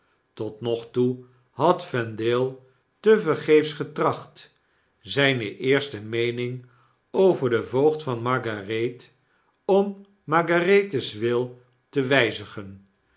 tot nog toe had vendale tevergeefs getracht zyne eerste meening over den voogd van margarethe om margarethe's wil te wijzigen